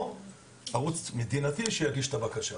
או ערוץ מדינתי שיגיש את הבקשה.